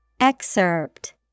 Excerpt